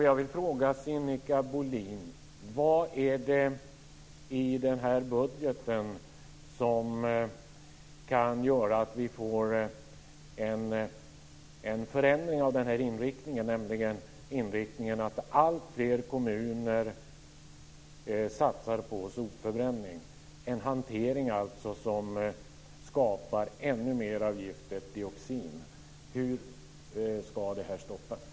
Jag vill fråga Sinikka Bohlin: Vad i den här budgeten kan göra att vi får en förändring av utvecklingen mot att alltfler kommuner satsar på sopförbränning, en hantering som skapar ännu mer av miljögiftet dioxin?